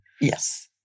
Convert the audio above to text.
yes